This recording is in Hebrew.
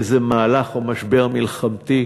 איזה מהלך או משבר מלחמתי